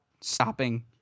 stopping